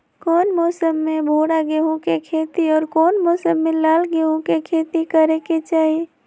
कौन मौसम में भूरा गेहूं के खेती और कौन मौसम मे लाल गेंहू के खेती करे के चाहि?